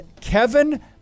Kevin